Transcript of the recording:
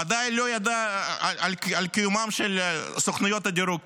ודאי לא ידע על קיומן של סוכנויות הדירוג